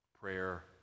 prayer